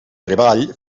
treball